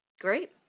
Great